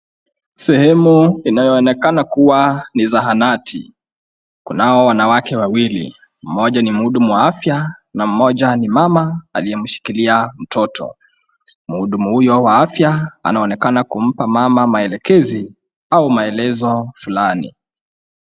Sehemu inayoonekana kuwa ni zahanati. Kunao wanawake wawili, mmoja ni mhudumu afya na mmoja ni mama aliyemshikilia mtoto. Mhudumu huyo wa afya anaonekana kumpa mama maelekezi, au maelezo fulani.